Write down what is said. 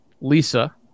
lisa